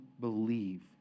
believe